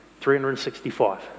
365